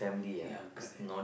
ya correct